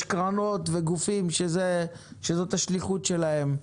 יש קרנות וגופים שזאת השליחות שלהם.